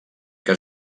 que